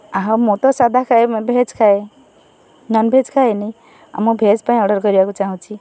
ଆହୁ ମୁଁ ତ ସାଧା ଖାଏ ଭେଜ୍ ଖାଏ ନନ୍ଭେଜ୍ ଖାଏନି ଆଉ ମୁଁ ଭେଜ୍ ପାଇଁ ଅର୍ଡ଼ର୍ କରିବାକୁ ଚାହୁଁଛି